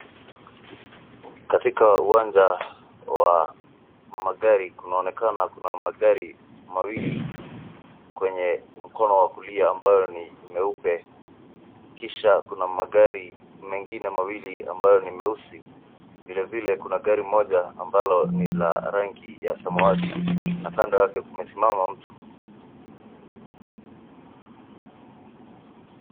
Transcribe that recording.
Katika uwanja wa magari kunaonekana kuna magari mawili kwenye mkono wa kulia ambayo ni meupe, kisha kuna magari mengine mawili ambayo ni meusi, vile vile kuna gari moja ambalo ni la rangi ya samawati na kando yake kumesimama mtu.